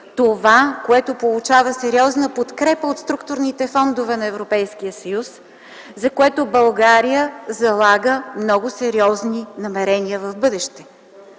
Това, което получава сериозна подкрепа от структурните фондове на Европейския съюз, за което България залага много сериозни намерения в бъдеще.